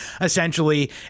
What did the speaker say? essentially